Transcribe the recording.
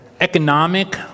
economic